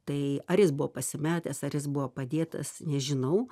tai ar jis buvo pasimetęs ar jis buvo padėtas nežinau